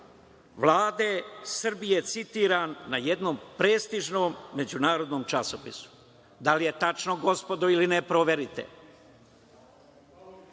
Vlade Srbije, citiram na jednom prestižnom međunarodnom časopisu. Da li je tačno gospodo ili ne, proverite.